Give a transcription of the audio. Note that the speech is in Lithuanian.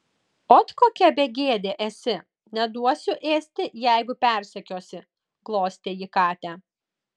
ot kokia begėdė esi neduosiu ėsti jeigu persekiosi glostė ji katę